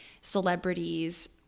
celebrities